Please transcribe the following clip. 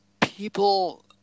people